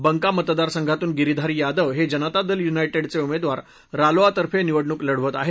बंका मतदारसंघातून गिरीधारी यादव हे जनतादल युनायटेडचे उमेदवार रालोआतर्फे निवडणूक लढवत आहेत